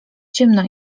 ciemno